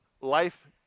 life